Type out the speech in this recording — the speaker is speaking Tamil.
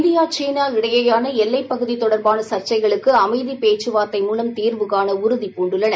இந்தியாவும் சீனாவும் எல்லைப் பகுதி தொடர்பான சர்சசைகளுக்கு அமைதிப் பேச்சு வார்த்தை மூலம் தீர்வு காண உறுதிப் பூண்டுள்ளன